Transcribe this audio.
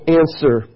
answer